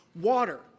water